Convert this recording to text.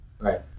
Right